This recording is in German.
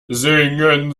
singen